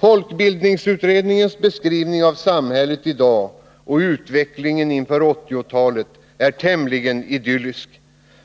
Folkbildningsutredningens beskrivning av samhället i dag och utvecklingen inför 1980-talet är tämligen idyllisk.